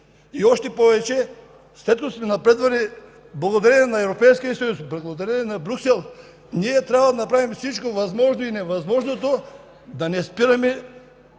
И още повече, след като сме напреднали благодарение на Европейския съюз, благодарение на Брюксел, ние трябва да направим всичко възможно и невъзможното да не спираме